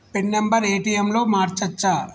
Pin number ATM లో మార్చచ్చా?